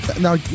Now